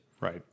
Right